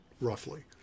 roughly